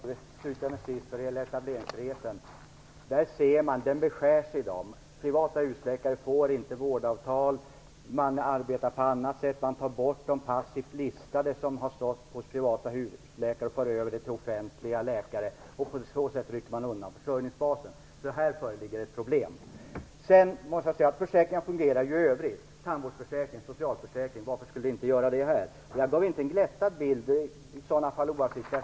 Herr talman! Jag vill först kommentera etableringsfriheten. Den beskärs i dag. Privata husläkare får inte vårdavtal. Man arbetar på annat sätt, tar bort de passivt listade som har stått hos privata husläkare och för över dem till offentliga läkare, och på så sätt rycker man undan försörjningsbasen. Här föreligger ett problem. Försäkringar fungerar i övrigt. Det gäller tandvårdsförsäkring och socialförsäkring. Varför skulle det inte göra det här? Jag gav inte en glättad bild - det var i så fall oavsiktligt.